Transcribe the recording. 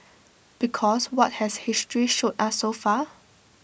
because what has history showed us so far